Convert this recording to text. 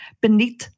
beneath